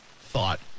thought